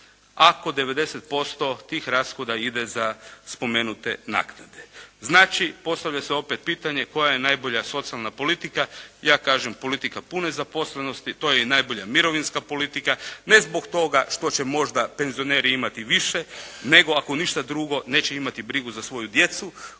ako 90% tih rashoda ide za spomenute naknade. Znači postavlja se opet pitanje koja je najbolja socijalna politika. Ja kažem politika pune zaposlenosti. To je i najbolja mirovinska politika. Ne zbog toga što će možda penzioneri imati više, nego ako ništa drugo neće imati brigu za svoju djecu